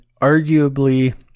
arguably